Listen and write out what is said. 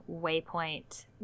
waypoint